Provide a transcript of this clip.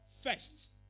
first